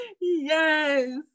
Yes